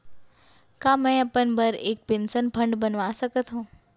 का मैं अपन बर एक पेंशन फण्ड बनवा सकत हो?